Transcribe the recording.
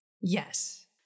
Yes